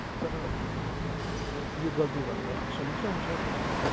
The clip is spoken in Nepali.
तर अब यो गल्ती भयो भने त समस्या हुन्छ पछि गएर